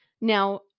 Now